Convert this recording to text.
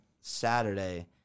saturday